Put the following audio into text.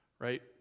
right